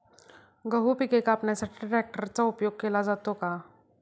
गहू पिके कापण्यासाठी ट्रॅक्टरचा उपयोग केला जातो का?